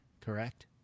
correct